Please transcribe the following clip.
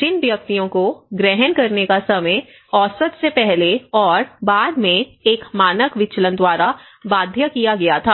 जिन व्यक्तियों को ग्रहण करने का समय औसत से पहले और बाद में एक मानक विचलन द्वारा बाध्य किया गया था